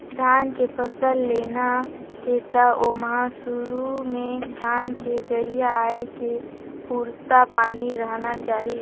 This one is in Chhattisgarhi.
धान के फसल लेना हे त ओमहा सुरू में धान के जरिया आए के पुरता पानी रहना चाही